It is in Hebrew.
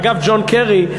ואגב ג'ון קרי,